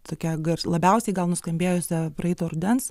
tokia gars labiausiai gal nuskambėjusią praeito rudens